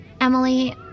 Emily